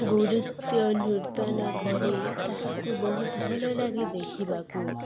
ଗୁରୁତ୍ୱ ନୂର୍ତନ କରେ ତାହାକୁ ବହୁତ ଭଲ ଲାଗେ ଦେଖିବାକୁ